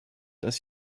dass